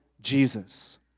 Jesus